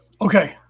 Okay